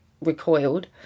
recoiled